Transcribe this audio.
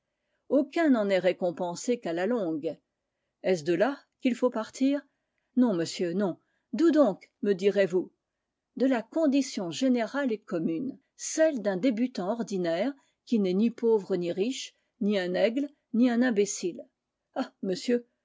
aucun n'en est récompensé qu'à la longue est-ce de là qu'il faut partir non monsieur non d'où donc me direz-vous de la condition générale et commune celle d'un débutant ordinaire qui n'est ni pauvre ni riche ni un aigle ni un imbécile ah monsieur